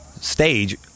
stage